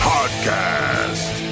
Podcast